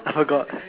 I forgot